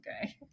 okay